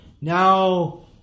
Now